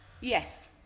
Yes